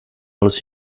los